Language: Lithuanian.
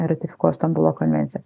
ratifikuos stambulo konvenciją